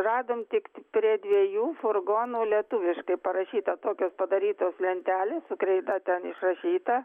radom tik prie dviejų furgonų lietuviškai parašyta tokios padarytos lentelės su kreida ten išrašyta